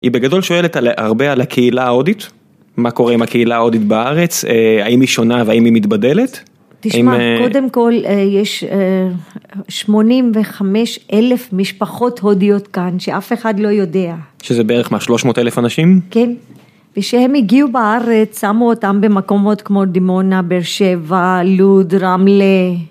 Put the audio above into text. היא בגדול שואלת הרבה על הקהילה ההודית, מה קורה עם הקהילה ההודית בארץ, האם היא שונה והאם היא מתבדלת? תשמע, קודם כל יש 85 אלף משפחות הודיות כאן, שאף אחד לא יודע. שזה בערך מה? 300 אלף אנשים? כן, וכשהם הגיעו בארץ, שמו אותם במקומות כמו דימונה, באר-שבע, לוד, רמלה